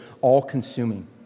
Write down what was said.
all-consuming